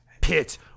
pit